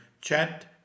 chat